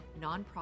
nonprofit